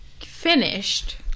finished